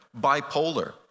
bipolar